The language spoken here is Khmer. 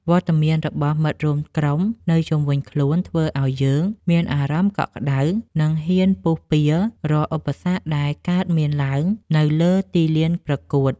វត្តមានរបស់មិត្តរួមក្រុមនៅជុំវិញខ្លួនធ្វើឱ្យយើងមានអារម្មណ៍កក់ក្តៅ និង ហ៊ានពុះពាររាល់ឧបសគ្គដែលកើតមានឡើងនៅលើទីលានប្រកួត។